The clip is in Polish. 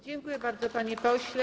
Dziękuję bardzo, panie pośle.